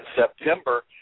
September